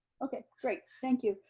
okay, great, thank you,